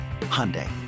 Hyundai